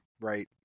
right